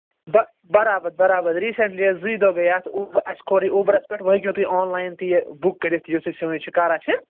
بَ برابر برابر ریٖسنٛٹلی حظ زٕے دۄہ گٔے اَتھ اَسہِ کھور یہِ اوٗبرس پٮ۪ٹھ وۅنۍ ہٮ۪کِو تُہۍ یہِ آن لایَن تہِ یہِ بُک کٔرِتھ یہِ یُس اَسہِ سٲنۍ شِکارا چھِ